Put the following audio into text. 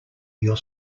your